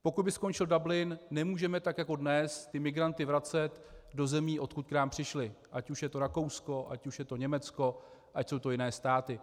Pokud by skončil Dublin, nemůžeme tak jako dnes ty migranty vracet do zemí, odkud k nám přišli, ať už je to Rakousko, ať už je to Německo, ať jsou to jiné státy.